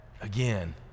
again